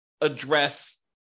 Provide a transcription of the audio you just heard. address